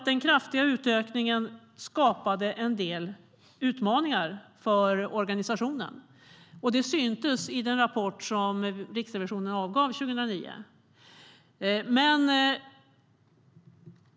Den kraftiga utökningen skapade en del utmaningar för organisationen. Det syntes i den rapport som Riksrevisionen avgav 2009.